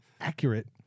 accurate